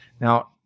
Now